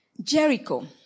Jericho